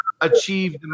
achieved